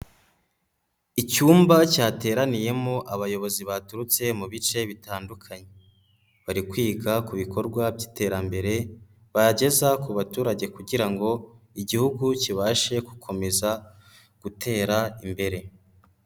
Icyumba cyateraniyemo abayobozi baturutse mu bice bitandukanye, bari kwiga ku bikorwa by'iterambere, bageza ku baturage kugira ngo igihugu kibashe gukomeza gutera imbere.